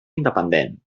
independent